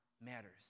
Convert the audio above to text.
matters